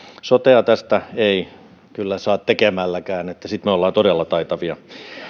sotea tästä ei kyllä saa tekemälläkään tai sitten me olemme todella taitavia